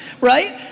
right